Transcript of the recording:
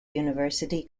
university